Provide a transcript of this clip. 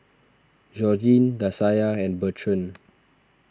Georgine Dasia and Bertrand